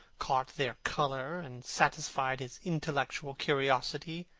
caught their colour and satisfied his intellectual curiosity,